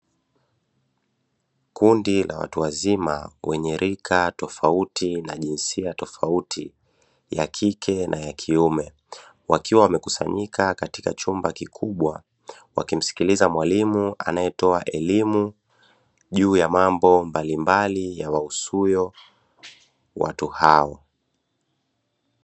Kundi la watu wazima wenye rika tofauti na jinsia tofauti, ya kike na ya kiume, wakiwa wamekusanyika katika chumba kikubwa, wakimsikiliza mwalimu anaetoa elimu juu ya mambo mbalimbali yawahusuyo watu hao.